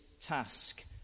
task